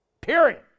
Period